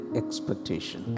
expectation